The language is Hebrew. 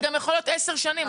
זה גם יכול להיות עשר שנים.